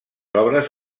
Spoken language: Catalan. obres